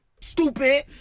Stupid